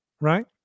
right